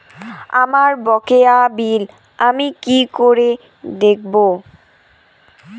আমার বকেয়া বিল আমি কি করে দেখব?